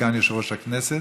סגן יושב-ראש הכנסת,